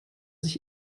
sich